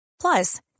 Plus